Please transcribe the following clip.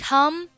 Come